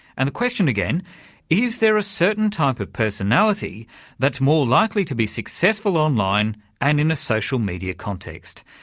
and the question again is there a certain type of personality that's more likely to be successful online and in a social media context?